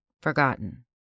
forgotten